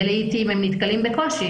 ולעתים הם נתקלים בקושי.